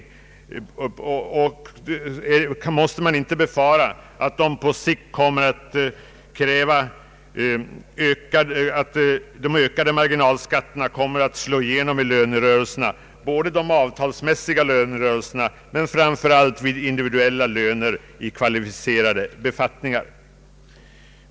Måste man inte befara att de ökade marginalskatterna kommer att slå igenom i lönerörelserna, både de avtalsmässiga lönerörelserna och — framför allt — vid individuella lönekrav i kvalificerade befattningar.